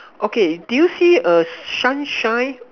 okay do you see a sunshine